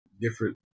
different